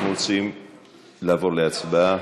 אנחנו רוצים לעבור להצבעה.